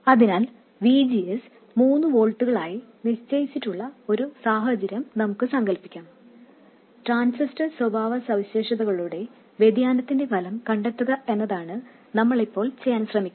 അതിനാൽ V G S മൂന്ന് വോൾട്ടുകളായി നിശ്ചയിച്ചിട്ടുള്ള ഒരു സാഹചര്യം നമുക്ക് സങ്കൽപ്പിക്കാം ട്രാൻസിസ്റ്റർ സ്വഭാവസവിശേഷതകളുടെ വ്യതിയാനത്തിന്റെ ഫലം കണ്ടെത്തുക എന്നതാണ് നമ്മൾ ഇപ്പോൾ ചെയ്യാൻ ശ്രമിക്കുന്നത്